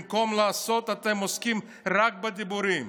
במקום לעשות אתם עוסקים רק בדיבורים.